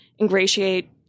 ingratiate